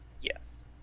Yes